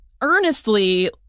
earnestly